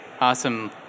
awesome